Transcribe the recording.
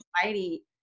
society